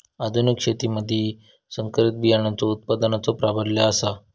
आधुनिक शेतीमधि संकरित बियाणांचो उत्पादनाचो प्राबल्य आसा